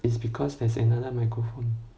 it's because there's another microphone